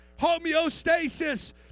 Homeostasis